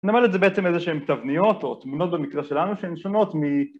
נאמר את זה בעצם איזה שהן תבניות או תמונות במקרה שלנו שהן שונות מ...